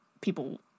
people